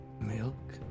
milk